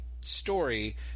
story